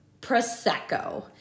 prosecco